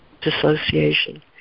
dissociation